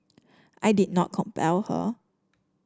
I did not compel her